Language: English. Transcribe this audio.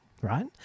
right